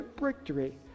victory